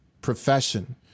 profession